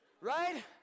right